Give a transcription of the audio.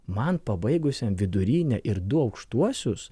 man pabaigusiam vidurinę ir du aukštuosius